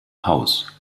haus